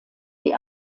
die